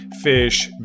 fish